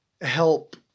help